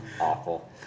Awful